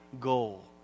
goal